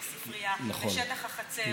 לספרייה, לשטח החצר.